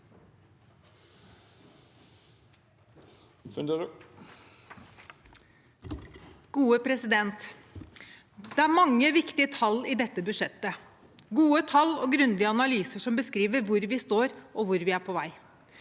(Sp) Det er mange viktige tall i dette budsjettet – gode tall og grundige analyser som beskriver hvor vi står, og hvor vi er på vei.